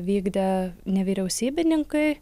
vykdę nevyriausybininkai